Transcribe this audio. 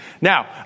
Now